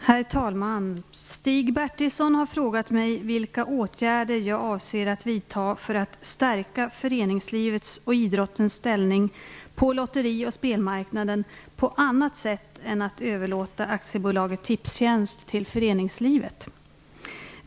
Herr talman! Stig Bertilsson har frågat mig vilka åtgärder jag avser att vidta för att stärka föreningslivets och idrottens ställning på lotteri och spelmarknaden på annat sätt än att överlåta AB Tipstjänst till föreningslivet.